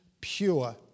pure